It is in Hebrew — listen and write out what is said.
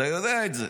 אתה יודע את זה.